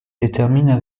déterminent